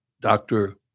doctor